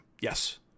Yes